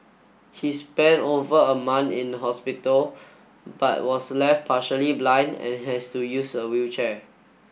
he spent over a month in hospital but was left partially blind and has to use a wheelchair